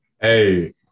hey